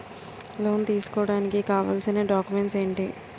Loan తీసుకోడానికి కావాల్సిన documents ఎంటి?